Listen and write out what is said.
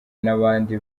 n’abandi